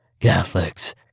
Catholics